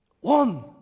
One